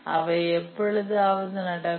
அவை எப்பொழுதாவது நடக்கும்